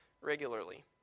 regularly